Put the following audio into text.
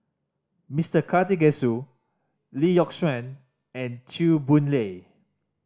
Mister Karthigesu Lee Yock Suan and Chew Boon Lay